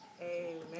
Amen